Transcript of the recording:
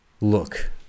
Look